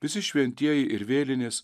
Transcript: visi šventieji ir vėlinės